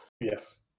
yes